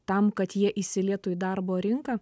tam kad jie įsilietų į darbo rinką